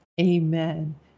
amen